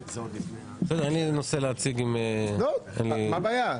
אין לי נושא להציג אם --- מה הבעיה?